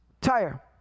tire